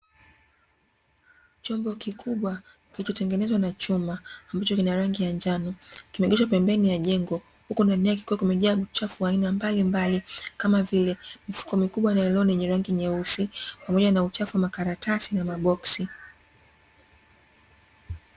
Chombo kikubwa kilichotengenezwa na chuma ambacho kina rangi ya njano, kimeegeshwa pembeni ya jengo, huku ndani yake kukiwa kumejaa uchafu wa aina mbalimbali, kama vile mifuko mikubwa ya nailoni yenye rangi ya nyeusi, pamoja na uchafu wa makaratasi na maboksi.